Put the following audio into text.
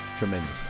Tremendous